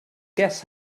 guest